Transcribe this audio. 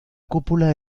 cúpula